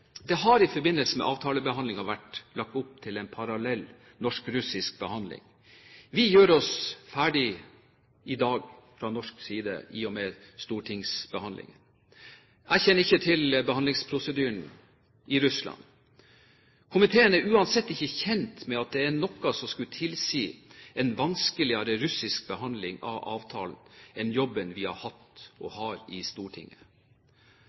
Det har i forbindelse med avtalebehandlingen vært lagt opp til en parallell norsk-russisk behandling. Vi gjør oss ferdig i dag fra norsk side i og med stortingsbehandlingen. Jeg kjenner ikke til behandlingsprosedyren i Russland. Komiteen er uansett ikke kjent med at det er noe som skulle tilsi en vanskeligere russisk behandling av avtalen enn jobben vi har hatt og har i Stortinget.